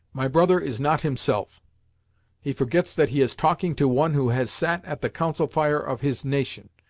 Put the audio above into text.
my brother is not himself he forgets that he is talking to one who has sat at the council fire of his nation,